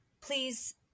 please –